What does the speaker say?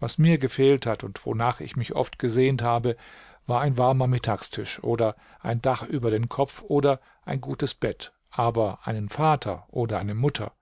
was mir gefehlt hat und wonach ich mich oft gesehnt habe war ein warmer mittagstisch oder ein dach über den kopf oder ein gutes bett aber einen vater oder eine mutter